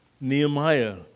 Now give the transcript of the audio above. Nehemiah